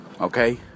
Okay